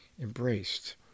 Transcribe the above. embraced